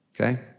okay